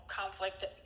conflict